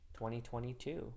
2022